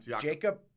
Jacob